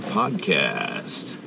podcast